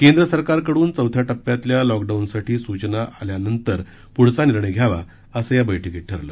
केंद्र सरकारकडून चौथ्या टप्प्यातल्या लॉकडाऊनसाठी सूचना आपल्यानंतर पुढचा निर्णय घ्यावा असं या बैठकीत ठरलं